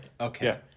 Okay